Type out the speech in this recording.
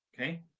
okay